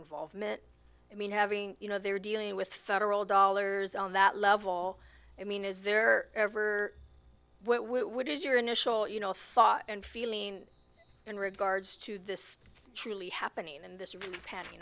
involvement i mean having you know they're dealing with federal dollars on that level i mean is there ever what is your initial you know thought and feeling in regards to this truly happening and this pattern you